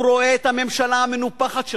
הוא רואה את הממשלה המנופחת שלך,